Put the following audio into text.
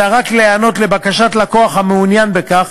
אלא רק להיענות לבקשת לקוח המעוניין בכך,